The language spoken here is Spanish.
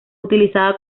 utilizada